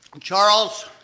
Charles